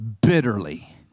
bitterly